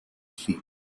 feet